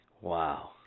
wow